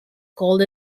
called